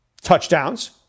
touchdowns